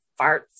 farts